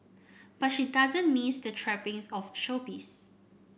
but she doesn't miss the trappings of showbiz